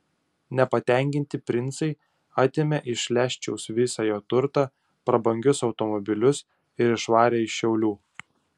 nepatenkinti princai atėmė iš leščiaus visą jo turtą prabangius automobilius ir išvarė iš šiaulių